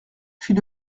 fit